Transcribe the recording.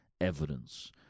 evidence